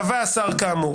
קבע השר כאמור,